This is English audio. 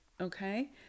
okay